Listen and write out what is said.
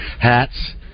hats